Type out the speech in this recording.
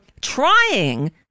trying